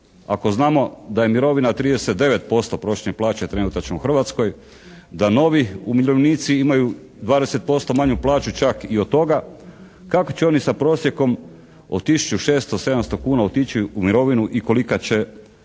ako znamo da je mirovina 39% prosječne plaće trenutačno u Hrvatskoj, da novi umirovljenici imaju 20% manju plaću čak i od toga. Kako će oni sa prosjekom od tisuću 600, 700 kuna otići u mirovinu i kolika će